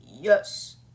yes